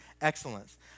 excellence